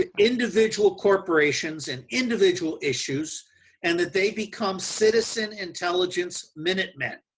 ah individual corporations and individual issues and that they become citizen intelligence minutemen,